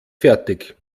fertig